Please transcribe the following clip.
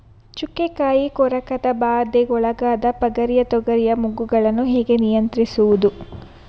ಚುಕ್ಕೆ ಕಾಯಿ ಕೊರಕದ ಬಾಧೆಗೊಳಗಾದ ಪಗರಿಯ ತೊಗರಿಯ ಮೊಗ್ಗುಗಳನ್ನು ಹೇಗೆ ನಿಯಂತ್ರಿಸುವುದು?